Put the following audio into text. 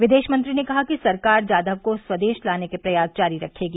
विदेश मंत्री ने कहा कि सरकार जाधव को स्वदेश लाने के प्रयास जारी रखेगी